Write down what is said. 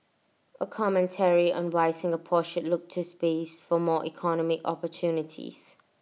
A commentary on why Singapore should look to space for more economic opportunities